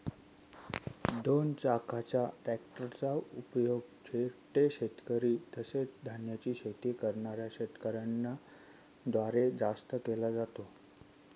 दोन चाकाच्या ट्रॅक्टर चा उपयोग छोटे शेतकरी, तसेच धान्याची शेती करणाऱ्या शेतकऱ्यांन द्वारे जास्त केला जातो